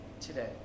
today